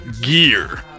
gear